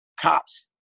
cops